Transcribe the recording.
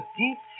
deep